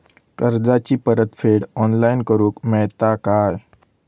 कर्जाची परत फेड ऑनलाइन करूक मेलता काय?